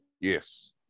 Yes